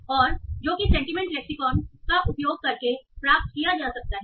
और जो कि सेंटीमेंट लेक्सिकन का उपयोग करके प्राप्त किया जा सकता है